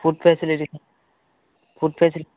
food facility food ఫెసిలి